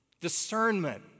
Discernment